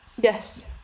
Yes